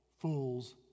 fools